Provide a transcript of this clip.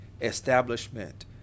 establishment